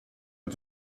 and